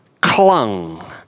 clung